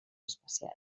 especials